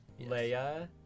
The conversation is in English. Leia